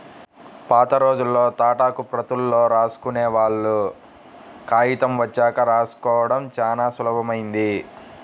పాతరోజుల్లో తాటాకు ప్రతుల్లో రాసుకునేవాళ్ళు, కాగితం వచ్చాక రాసుకోడం చానా సులభమైంది